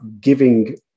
giving